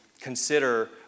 consider